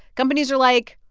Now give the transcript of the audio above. companies are like,